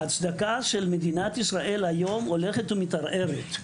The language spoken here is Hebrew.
ההצדקה של מדינת ישראל, היום, הולכת ומתערערת,